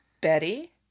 Betty